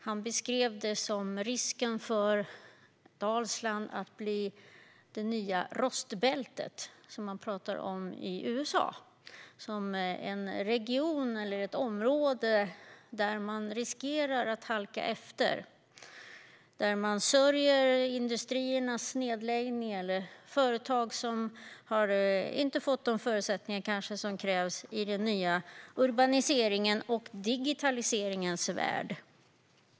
Han beskrev risken för att Dalsland blir det nya rostbältet, som man talar om i USA: en region eller ett område som riskerar att halka efter, där man sörjer industriernas nedläggning eller att företag inte har fått de förutsättningar som krävs i den nya urbaniseringens och digitaliseringens värld.